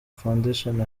foundation